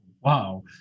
wow